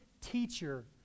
teacher